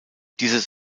dieses